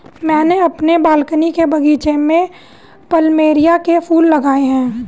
मैंने अपने बालकनी के बगीचे में प्लमेरिया के फूल लगाए हैं